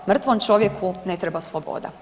Mrtvom čovjeku ne treba sloboda.